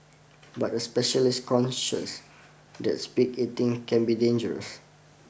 but a specialist conscious that speed eating can be dangerous